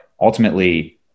ultimately